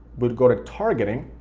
we'd go to targeting,